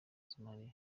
somaliya